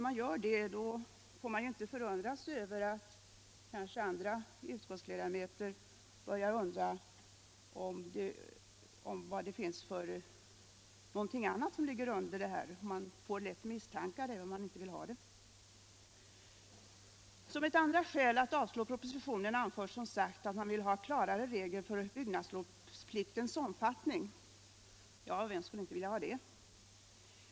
Då får reservanterna inte bli förvånade över att andra utskottsledamöter börjar undra om det är någonting annat som ligger bakom. Man får lätt sådana misstankar, även om man inte vill ha det. Som ett andra skäl för att avslå propositionen anförs Som sagt att mMotionärerna och reservanterna vill ha klarare regler för byggnadslovspliktens omfattning. Ja, vem skulle inte vilja ha det?